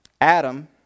Adam